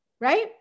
right